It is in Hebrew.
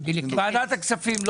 ועדת הכספים,